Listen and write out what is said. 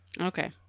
Okay